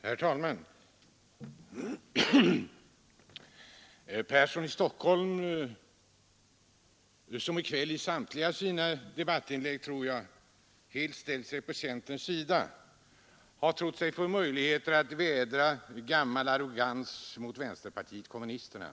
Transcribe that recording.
Herr talman! Herr Persson i Stockholm, som väl i samtliga sina debattinlägg i kväll har ställt sig på centerns sida, har därigenom trott sig få möjligheter att vädra gammal arrogans mot vänsterpartiet kommunisterna.